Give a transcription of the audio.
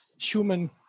human